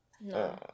No